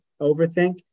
overthink